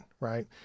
right